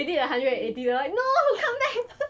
they did a hundred eighty like no come back